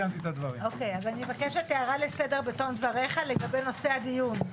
אז אני מבקשת הערה לסדר בתום דבריך לגבי נושא הדיון,